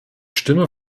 stimme